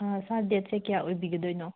ꯁꯥꯔ ꯗꯦꯠꯁꯦ ꯀꯌꯥ ꯑꯣꯏꯕꯤꯒꯗꯣꯏꯅꯣ